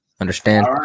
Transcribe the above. Understand